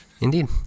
Indeed